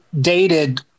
dated